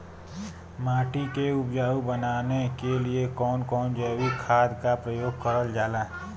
माटी के उपजाऊ बनाने के लिए कौन कौन जैविक खाद का प्रयोग करल जाला?